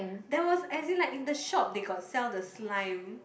there was as it like in the shop they got sell the slime